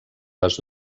les